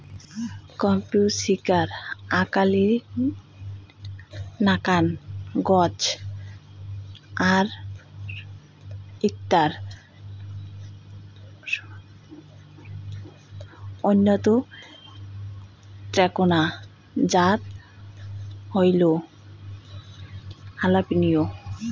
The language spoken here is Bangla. ক্যাপসিকাম আকালির নাকান গছ আর ইঞার অইন্যতম এ্যাকনা জাত হইল হালাপিনিও